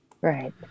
Right